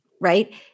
right